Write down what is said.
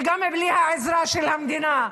וגם בלי העזרה של המדינה?